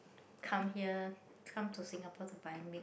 come here come to Singapore to buy milk